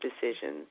decisions